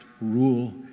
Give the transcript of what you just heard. rule